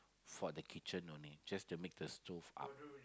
for the kitchen only just to make the stove up